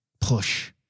Push